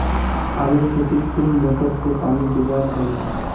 आलूर खेतीत कुन मोटर से पानी दुबा चही?